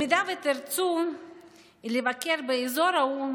אם תרצו לבקר באזור ההוא,